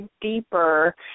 deeper